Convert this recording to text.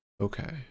Okay